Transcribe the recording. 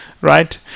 right